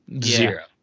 Zero